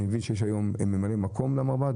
אני מבין שיש היום ממלא מקום למנהל המרב"ד.